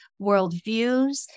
worldviews